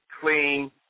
clean